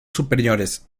superiores